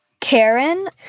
Karen